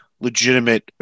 legitimate